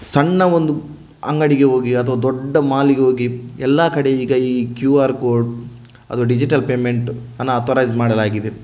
ಸಣ್ಣ ಒಂದು ಅಂಗಡಿಗೆ ಹೋಗಿ ಅಥವಾ ದೊಡ್ಡ ಮಾಲಿಗೆ ಹೋಗಿ ಎಲ್ಲ ಕಡೆ ಈಗ ಈ ಕ್ಯೂ ಆರ್ ಕೋಡ್ ಅಥವಾ ಡಿಜಿಟಲ್ ಪೇಮೆಂಟನ್ನು ಆಥೋರೈಸ್ಡ್ ಮಾಡಲಾಗಿದೆ